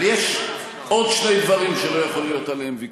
אבל יש עוד שני דברים שלא יכול להיות עליהם ויכוח: